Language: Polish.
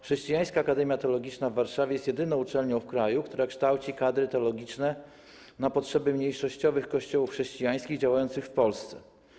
Chrześcijańska Akademia Teologiczna w Warszawie jest jedyną uczelnią w kraju, która kształci kadry teologiczne na potrzeby mniejszościowych kościołów chrześcijańskich działających w Polsce.